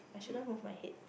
I shouldn't move my head